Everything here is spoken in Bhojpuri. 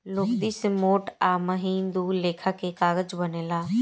लुगदी से मोट आ महीन दू लेखा के कागज बनेला